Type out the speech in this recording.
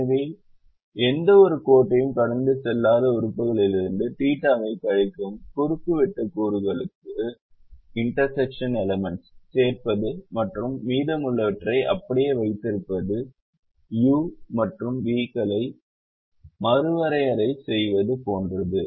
எனவே எந்தவொரு கோட்டையும் கடந்து செல்லாத உறுப்புகளிலிருந்து தீட்டாவைக் θ கழிக்கும் குறுக்குவெட்டு கூறுகளுக்கு சேர்ப்பது மற்றும் மீதமுள்ளவற்றை அப்படியே வைத்திருப்பது u மற்றும் v களை மறுவரையறை செய்வது போன்றது